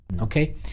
okay